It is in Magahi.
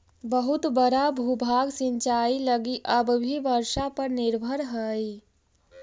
बहुत बड़ा भूभाग सिंचाई लगी अब भी वर्षा पर निर्भर हई